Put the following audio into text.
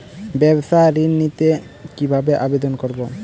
ব্যাবসা ঋণ নিতে কিভাবে আবেদন করব?